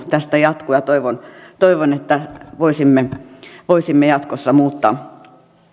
tästä jatkuu ja toivon toivon että voisimme voisimme jatkossa muuttaa